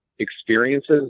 Experiences